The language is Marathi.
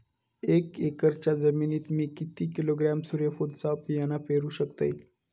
एक एकरच्या जमिनीत मी किती किलोग्रॅम सूर्यफुलचा बियाणा पेरु शकतय?